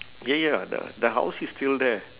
ya ya the the house is still there